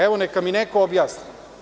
Evo, neka mi neko objasni.